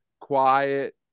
quiet